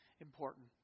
important